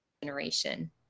generation